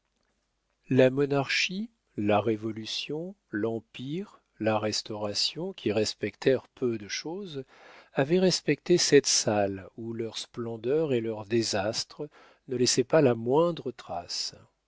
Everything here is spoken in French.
la monarchie la révolution l'empire la restauration qui respectèrent peu de chose avaient respecté cette salle où leurs splendeurs et leurs désastres ne laissaient pas la moindre trace